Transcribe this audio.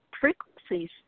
frequencies